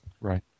Right